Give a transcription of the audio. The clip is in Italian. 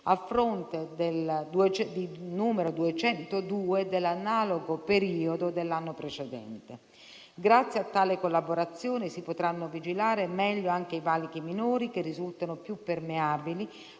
Grazie a tale collaborazione si potranno vigilare meglio anche i valichi minori, che risultano più permeabili